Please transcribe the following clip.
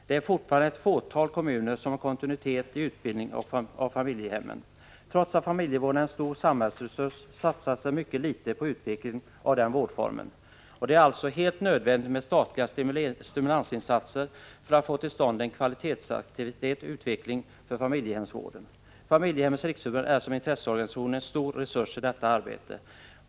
Det är fortfarande endast ett fåtal kommuner som har kontinuitet i utbildningen av medlemmar av familjehemmen. Trots att familjevården är en stor samhällsresurs satsas det mycket litet på utveckling av den vårdformen. Det är alltså helt nödvändigt med statliga stimulansinsatser för att man skall kunna få till stånd en kvalitativ utveckling av familjehemsvården. Familjehemmens riksförbund är som intresseorganisation en stor resurs i detta arbete.